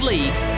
League